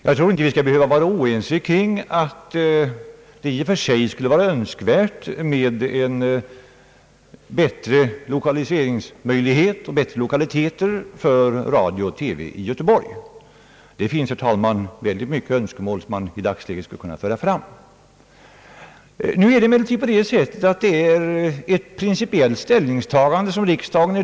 Jag tror inte att vi skall behöva vara oense om att det i och för sig vore önskvärt med bättre lokaliteter för radio och TV i Göteborg. Det finns, herr talman, väldigt många önskemål som man i dagsläget kunde föra fram. Emellertid är det så, att riksdagen ställs inför ett principiellt ställningstagande i dag.